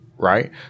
Right